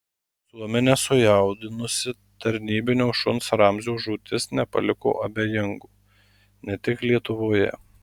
visuomenę sujaudinusi tarnybinio šuns ramzio žūtis nepaliko abejingų ne tik lietuvoje